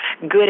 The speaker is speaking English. good